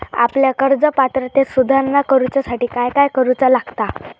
आपल्या कर्ज पात्रतेत सुधारणा करुच्यासाठी काय काय करूचा लागता?